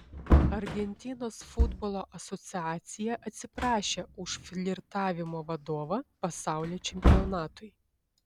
argentinos futbolo asociacija atsiprašė už flirtavimo vadovą pasaulio čempionatui